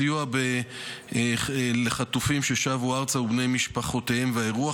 סיוע לחטופים ששבו ארצה ולבני משפחותיהם והאירוח